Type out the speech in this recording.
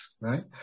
right